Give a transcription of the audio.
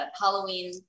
Halloween